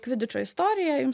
kvidičo istoriją jums